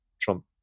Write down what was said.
Trump